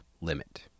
limit